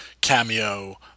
cameo